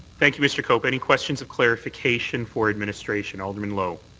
thank you, mr. cope. any questions of clarification for administration? alderman lowe.